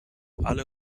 alle